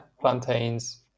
plantains